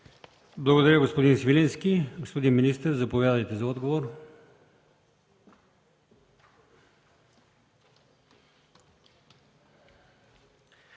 Благодаря, господин Свиленски. Господин министър, заповядайте за отговор.